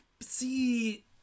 See